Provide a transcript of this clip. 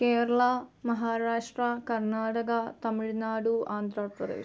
Kerala Maharashtra Karnataka Tamil Nadu Andhra Pradesh